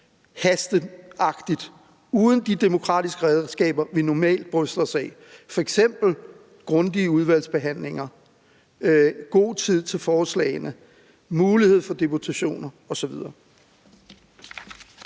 hasteagtigt uden de demokratiske redskaber, vi normalt bryster os af, f.eks. grundige udvalgsbehandlinger, god tid til forslagene, mulighed for deputationer osv.